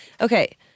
Okay